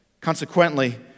Consequently